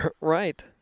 Right